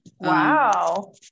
Wow